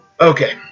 Okay